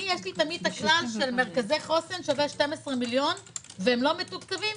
תמיד יש לי הכלל שמרכזי חוסן שווה 12 מיליון והם לא מתוקצבים.